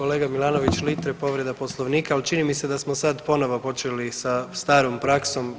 Kolega Milanović Litre povreda Poslovnika, ali čini mi se da smo sad ponovo počeli sa starom praksom.